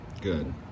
good